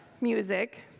music